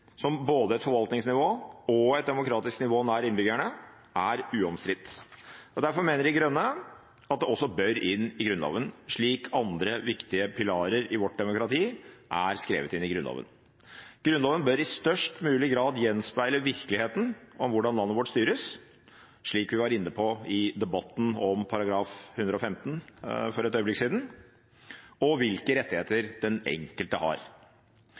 som både et forvaltningsnivå og et demokratisk nivå nær innbyggerne er uomstridt. Derfor mener De Grønne at det også bør inn i Grunnloven, slik andre viktige pilarer i vårt demokrati er skrevet inn i Grunnloven. Grunnloven bør i størst mulig grad gjenspeile virkeligheten med hensyn til hvordan landet vårt styres – som vi var inne på i debatten om § 115 for et øyeblikk siden – og hvilke rettigheter den enkelte har.